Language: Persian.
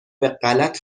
بهغلط